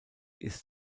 ist